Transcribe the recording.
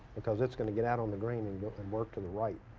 because it's going to get out on the green and but and work to the right.